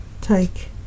take